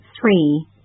Three